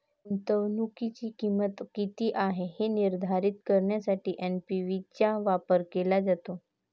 गुंतवणुकीची किंमत किती आहे हे निर्धारित करण्यासाठी एन.पी.वी चा वापर केला जातो